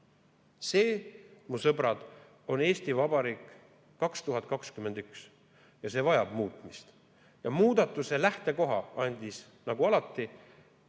See, mu sõbrad, on Eesti Vabariik 2021! See vajab muutmist ja muudatuse lähtekoha andis nagu alati